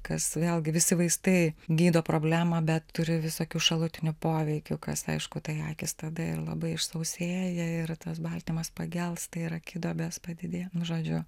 kas vėlgi visi vaistai gydo problemą bet turi visokių šalutinių poveikių kas aišku tai akys tada ir labai išsausėja ir tas baltymas pagelsta ir akiduobės padidėja nu žodžiu